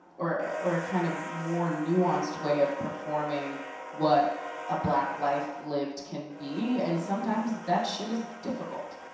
or a kind of more nuanced way of performing what a black life lived can be. and sometimes that shit is difficult.